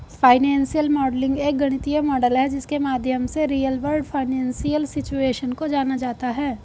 financial modelling एक गणितीय model है जिसके माध्यम से रियल वर्ल्ड फाइनेंशियल सिचुएशन को जाना जाता है